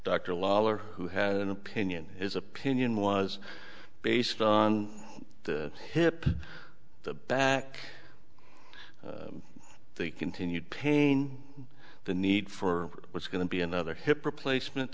lawler who had an opinion his opinion was based on the hip the back the continued pain the need for was going to be another hip replacement